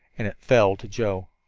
and it fell to joe.